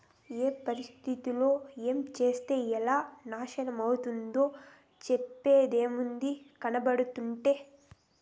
ఏ పద్ధతిలో ఏంచేత్తే ఎలా నాశనమైతందో చెప్పేదేముంది, కనబడుతంటే